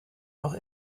noch